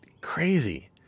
crazy